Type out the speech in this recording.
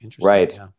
right